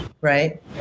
right